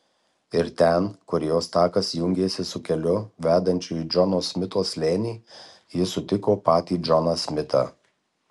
ir ten kur jos takas jungėsi su keliu vedančiu į džono smito slėnį ji sutiko patį džoną smitą